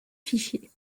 fichiers